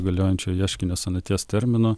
galiojančio ieškinio senaties termino